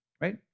right